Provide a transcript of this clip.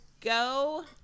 go